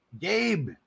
Gabe